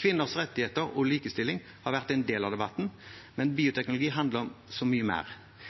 Kvinners rettigheter og likestilling har vært en del av debatten, men bioteknologi handler om så mye mer.